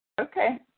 Okay